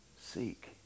Seek